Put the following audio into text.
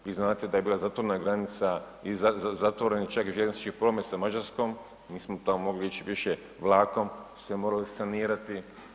Vi znate da je bila zatvorena granica i zatvoreni čak željeznički promet sa Mađarskom, nismo tamo mogli ići više vlakom, jer se moralo sanirati.